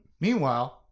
meanwhile